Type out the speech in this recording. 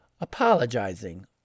apologizing